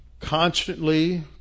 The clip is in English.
constantly